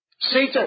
Satan